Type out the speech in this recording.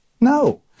No